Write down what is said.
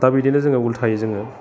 दा बिदिनो जोङो उल्थायै जोङो